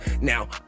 Now